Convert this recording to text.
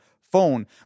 phone